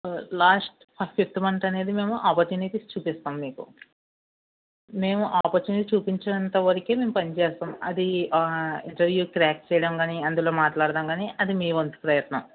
last fifth month అనేది మేము opportunities చూపిస్తాం మీకు మేము ఆపర్చునిటీ చూపించేంత వరకే మేము పని చేస్తాం అది ఆ ఇంటర్వ్యూ క్రాక్ చెయ్యడం కానీ అందులో మాట్లాడటం కానీ అది మీ వంతు ప్రయత్నం